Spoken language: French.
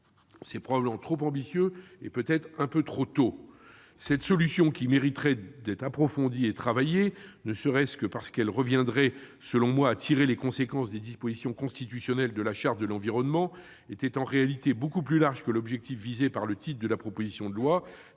encore un peu trop tôt pour cela. Toutefois, cette solution, qui mériterait d'être approfondie et travaillée, ne serait-ce que parce qu'elle reviendrait, selon moi, à tirer les conséquences des dispositions constitutionnelles de la Charte de l'environnement, était en réalité beaucoup plus large que l'objectif visé par le titre de la proposition de loi.